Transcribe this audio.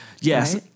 Yes